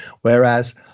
whereas